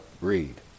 Read